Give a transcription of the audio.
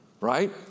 Right